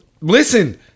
listen